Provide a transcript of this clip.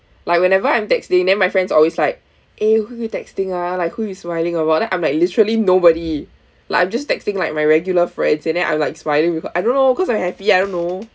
like whenever I'm texting then my friends always like eh who you texting ah like who you smiling about then I'm like literally nobody like I'm just texting like my regular friends and then I'm like smiling with a I don't know because I'm happy I don't know